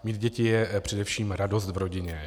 Mít děti je především radost v rodině.